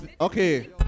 Okay